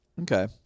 Okay